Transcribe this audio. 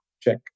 check